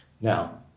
now